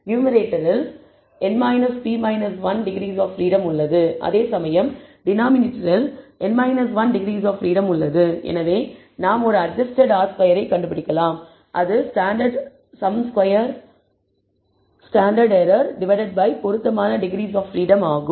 நியூமேரேட்டரில் n p 1 degrees of freedom உள்ளது அதேசமயம் டினாமினேட்டரில் n 1 டிகிரீஸ் ஆப் பிரீடம் உள்ளது எனவே நாம் ஒரு அட்ஜஸ்டட் R2 கண்டுபிடிக்கலாம் அது SSE டிவைடட் பை பொருத்தமான டிகிரீஸ் ஆப் பிரீடம் ஆகும்